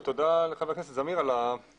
ותודה לך חבר הכנסת זמיר על הדיון,